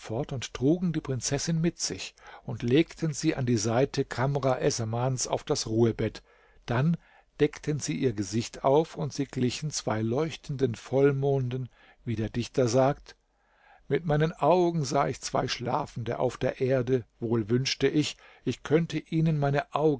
trugen die prinzessin mit sich und legten sie an die seite kamr essamans auf das ruhebett dann deckten sie ihr gesicht auf und sie glichen zwei leuchtenden vollmonden wie der dichter sagt mit meinen augen sah ich zwei schlafende auf der erde wohl wünschte ich ich könnte ihnen meine